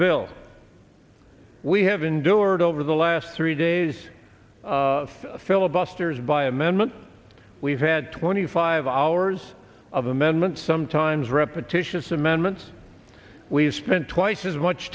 bill we have endured over the last three days filibusters by amendment we've had twenty five hours of amendments sometimes repetitious amendments we've spent twice as much